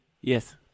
Yes